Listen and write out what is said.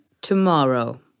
Tomorrow